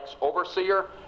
overseer